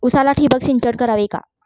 उसाला ठिबक सिंचन करावे का?